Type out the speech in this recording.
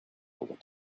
what